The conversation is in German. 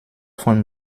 von